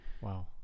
Wow